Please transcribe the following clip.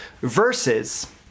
Versus